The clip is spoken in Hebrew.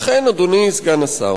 לכן, אדוני סגן השר,